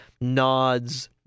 nods